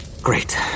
Great